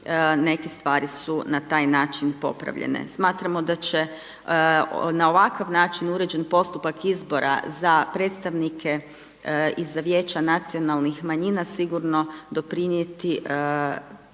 neke stvari su na taj način popravljene. Smatramo da će na ovakav način uređen postupak izbora za predstavnike i za vijeća nacionalnih manjina sigurno doprinijeti